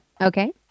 Okay